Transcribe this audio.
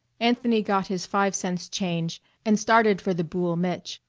anthony got his five cents change and started for the boul' mich',